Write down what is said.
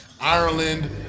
Ireland